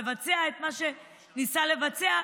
לבצע את מה שניסה לבצע,